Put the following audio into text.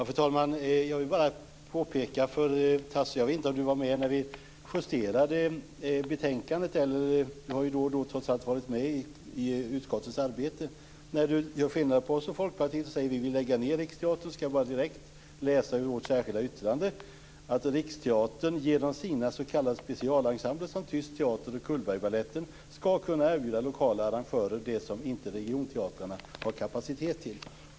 Fru talman! Jag vet inte om Tasso var med när vi justerade betänkandet. Han har ju trots allt varit med då och då i utskottets arbete. Tasso Stafilidis gör skillnad på Moderaterna och Folkpartiet och säger att Moderaterna vill lägga ned Riksteatern. Jag ska läsa direkt ur vårt särskilda yttrande: "att teatern genom sina s.k. specialensembler, som Tyst teater och Cullbergbaletten, skall kunna erbjuda lokala arrangörer det som inte regionteatrarna har kapacitet till."